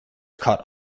caught